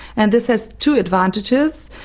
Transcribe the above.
and this has two advantages.